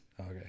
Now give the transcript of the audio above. Okay